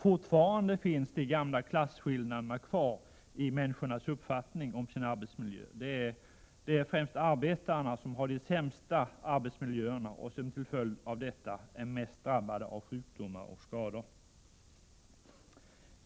Fortfarande finns de gamla klasskillnaderna kvar i människors uppfattning om sin arbetsmiljö. Det är arbetarna som har de sämsta arbetsmiljöerna och som till följd av detta är mest drabbade av sjukdomar och skador.